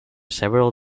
several